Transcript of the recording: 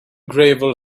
gravel